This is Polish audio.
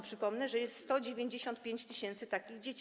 Przypomnę, że jest 195 tys. takich dzieci.